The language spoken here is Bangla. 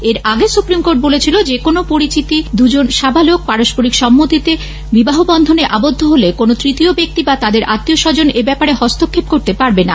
এর আগে সুপ্রিম কোর্ট বলেছিল যেকোনো পরিচিতির দুজন সাবালক পারস্পরিক সম্মতিতে বিবাহবন্ধনে আবদ্ধ হলে কোনো তৃতীয় ব্যক্তি বা তাদের আত্মীয়স্বজন এ ব্যাপারে হস্তক্ষেপ করতে পারবে না